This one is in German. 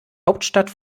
hauptstadt